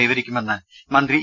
കൈവരിക്കുമെന്ന് മന്ത്രി ഇ